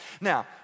Now